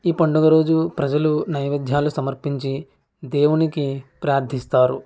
ఈ పండుగ రోజు ప్రజలు నైవేద్యాలు సమర్పించి దేవునికి ప్రార్థిస్తారు